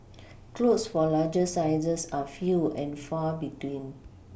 clothes for larger sizes are few and far between